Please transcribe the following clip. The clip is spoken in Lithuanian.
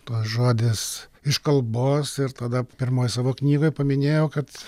tas žodis iš kalbos ir tada pirmoj savo knygoj paminėjau kad